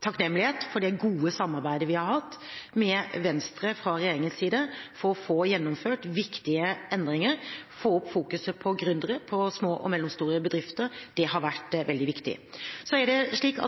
takknemlighet for det gode samarbeidet vi fra regjeringens side har hatt med Venstre for å få gjennomført viktige endringer. Å få opp fokuset på gründere og på små og mellomstore bedrifter har vært veldig viktig.